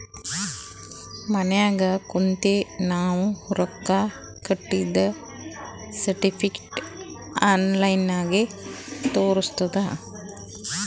ಮನ್ಯಾಗ ಕುಂತೆ ನಾವ್ ರೊಕ್ಕಾ ಕಟ್ಟಿದ್ದ ಸರ್ಟಿಫಿಕೇಟ್ ಆನ್ಲೈನ್ ನಾಗೆ ತೋರಸ್ತುದ್